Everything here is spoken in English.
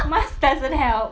mask doesn't help